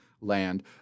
land